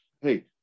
hey